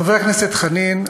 חבר הכנסת חנין,